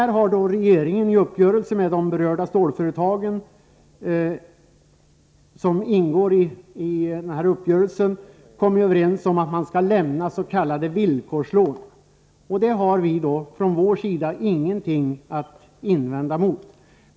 Regeringen har i en uppgörelse med de berörda stålföretagen kommit överens om att lämna s.k. villkorslån. Det har vi från vår sida ingenting att invända mot.